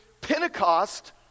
Pentecost